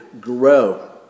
grow